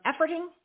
efforting